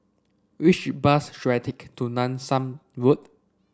which bus should I take to Nanson Road